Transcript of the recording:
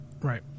Right